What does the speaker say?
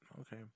Okay